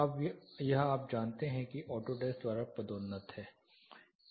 अब यह आप जानते हैं की ऑटोडेस्क द्वारा पदोन्नत है